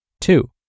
Two